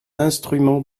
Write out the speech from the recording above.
instrument